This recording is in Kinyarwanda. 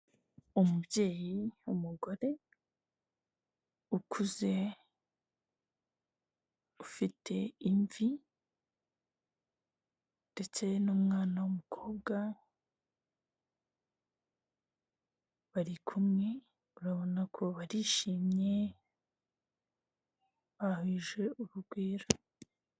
Umubyeyi w'umugore, ukuze ufite imvi ndetse n'umwana w'umukobwa bari kumwe, urabona ko barishimye, bahuje urugwiro.